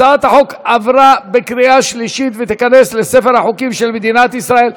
הצעת החוק עברה בקריאה שלישית ותיכנס לספר החוקים של מדינת ישראל.